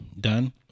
done